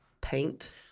paint